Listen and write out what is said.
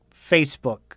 Facebook